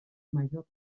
major